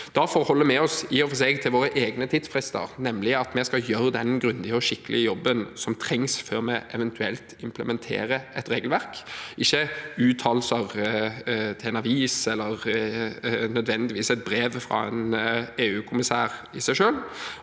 Da forholder vi oss i og for seg til våre egne tidsfrister, og at vi skal gjøre den grundige og skikkelige jobben som trengs, før vi eventuelt implementerer et regelverk – ikke til uttalelsene fra en avis eller nødvendigvis et brev fra en EU-kommissær i seg selv.